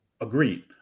Agreed